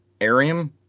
Arium